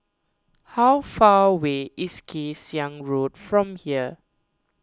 how far away is Kay Siang Road from here